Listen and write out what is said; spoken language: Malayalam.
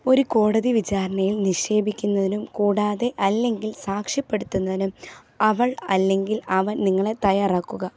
ഒരു കോടതി വിചാരണയിൽ നിക്ഷേപിക്കുന്നതിനും കൂടാതെ അല്ലെങ്കിൽ സാക്ഷ്യപ്പെടുത്തുന്നതിനും അവൾ അല്ലെങ്കിൽ അവൻ നിങ്ങളെ തയ്യാറാക്കുക